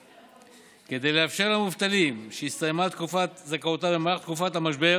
כדי לאפשר למובטלים שהסתיימה תקופת זכאותם במהלך תקופת המשבר